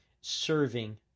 Serving